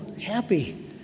happy